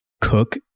cook